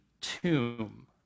tomb